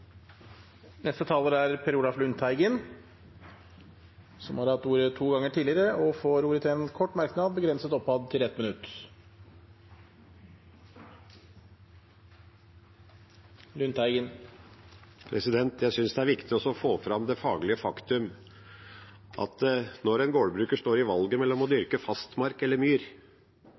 Per Olaf Lundteigen har hatt ordet to ganger tidligere og får ordet til en kort merknad, begrenset til 1 minutt. Jeg synes det er viktig å få fram det faglige faktum at når en gårdbruker står i valget mellom å dyrke fastmark eller myr,